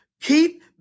keep